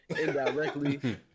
indirectly